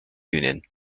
union